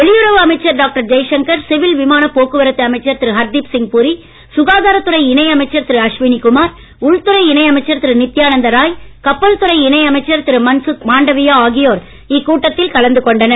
வெளியுறவு அமைச்சர் doctor Jaishankar civil விமான போக்குவரத்து அமைச்சர் திரு ஹர்தீப் சிங் புரி சுகாதாரத் துறை இணை அமைச்சர் திரு அஸ்வினி குமார் உள்துறை இணை அமைச்சர் திரு நித்தியானந்த ராய் கப்பல் துறை இணை அமைச்சர் திரு மன்சுக் மாண்டவியா ஆகியோர் இக்கூட்டத்தில் கலந்து கொண்டனர்